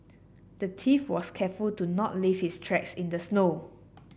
the thief was careful to not leave his tracks in the snow